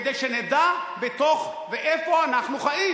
כדי שנדע בתוך ואיפה אנחנו חיים.